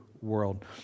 world